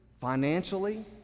financially